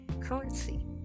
currency